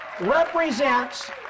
represents